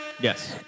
Yes